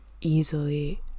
easily